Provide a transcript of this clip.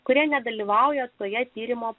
kurie nedalyvauja toje skyrimo